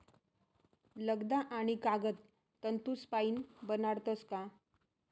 लगदा आणि कागद तंतूसपाईन बनाडतस का